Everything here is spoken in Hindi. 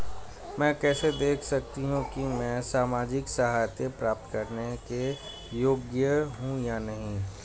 मैं कैसे देख सकती हूँ कि मैं सामाजिक सहायता प्राप्त करने के योग्य हूँ या नहीं?